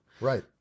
Right